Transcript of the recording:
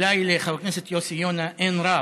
אולי לחבר הכנסת יוסי יונה אין רב,